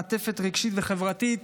מעטפת רגשית וחברתית